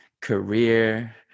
Career